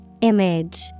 Image